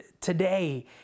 today